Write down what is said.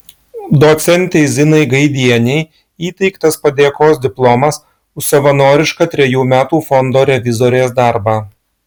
docentei zinai gaidienei įteiktas padėkos diplomas už savanorišką trejų metų fondo revizorės darbą